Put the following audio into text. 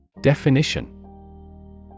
Definition